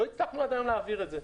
לא הצלחנו עד היום להעביר את זה.